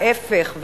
להיפך.